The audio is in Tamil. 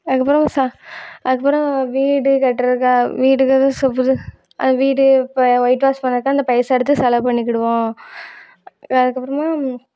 அதுக்கப்புறம் சா அதுக்கப்புறம் வீடுக்கட்டுகிறதுக்காக வீடு கதவு சுவர் அது வீடு இப்போ வொயிட் வாஷ் பண்ணுறத்துக்கு அந்த பைசா எடுத்து செலவு பண்ணிக்கிடுவோம் அதுக்கு அப்புறமா